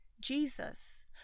Jesus